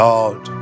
Lord